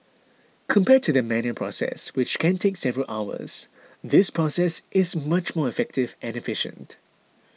compared to the manual process which can take several hours this process is much more effective and efficient